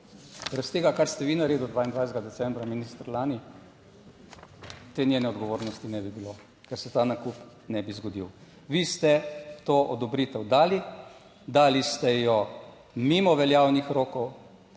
brez tega, kar ste vi naredili 22. decembra, minister lani, te njene odgovornosti ne bi bilo, ker se ta nakup ne bi zgodil. Vi ste to odobritev dali, dali ste jo mimo veljavnih rokov,